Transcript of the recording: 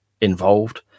involved